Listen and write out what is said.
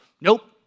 Nope